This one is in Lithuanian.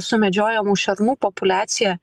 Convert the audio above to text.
sumedžiojamų šernų populiacija